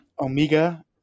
Omega